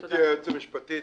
גברתי היועצת המשפטית,